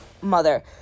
mother